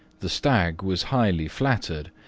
the stag was highly flattered,